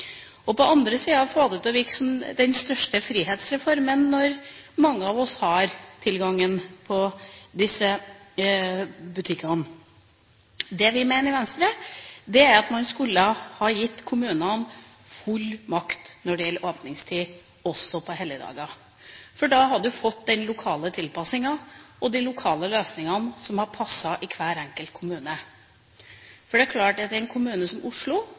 det er den største frihetsreformen at mange av oss har tilgang til disse butikkene. Det vi i Venstre mener, er at vi skulle ha gitt kommunene full makt når det gjelder åpningstid, også på helligdager. Da hadde man fått den lokale tilpasningen og de lokale løsningene som hadde passet i hver enkelt kommune. Det er klart at i en kommune som Oslo,